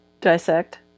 dissect